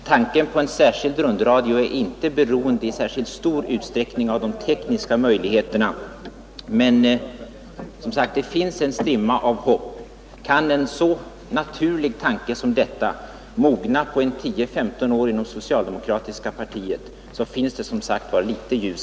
Herr talman! Tanken på en särskild rundradio är inte i särskilt stor utsträckning beroende av de tekniska möjligheterna. Men som sagt: Det finns en strimma av hopp. Kan en så naturlig tanke som denna mogna efter bara tio femton år inom det socialdemokratiska partiet, finns det som sagt ändå litet ljus.